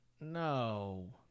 No